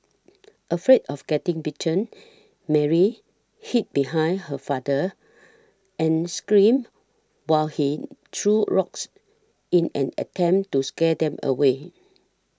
afraid of getting bitten Mary hid behind her father and screamed while he threw rocks in an attempt to scare them away